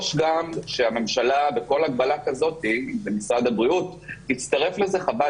לדרוש שהממשלה בכל הגבלה כזאת אם זה משרד הבריאות - תצורף לזה חוות